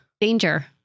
Danger